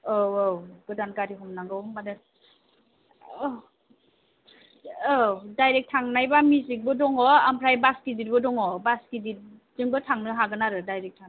औ औ गोदान गारि हमनांगौ होनबानो औ दायरेक्ट थांनायबा मेजिकबो दङ ओमफ्राय बास गिदिरबो दङ बास गिदिरजोंबो थांनो हागोन आरो दायरेक्ट थाङोब्ला